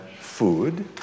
food